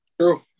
True